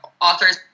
authors